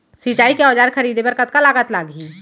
सिंचाई के औजार खरीदे बर कतका लागत लागही?